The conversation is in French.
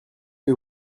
que